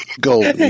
go